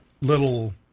little